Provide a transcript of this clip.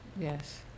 Yes